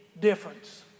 difference